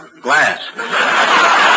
Glass